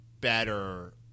better